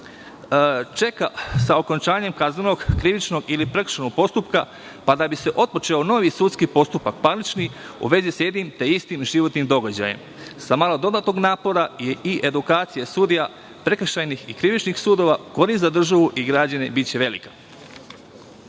čeka sa okončanjem kaznenog, krivičnog ili prekršajnog postupka da bi se otpočeo novi sudski postupak, parnični, u vezi sa jednim te istim životnim događajem? Sa malo dodatnog napora i edukacije sudija prekršajnih i krivičnih sudova korist za državu i građane biće velika. Smatram